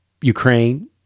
Ukraine